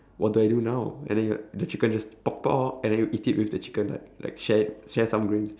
what do I do now and then you're the chicken just pop out and then you eat it with the chicken like like share it share some grains